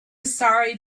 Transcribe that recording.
sorry